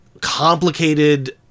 complicated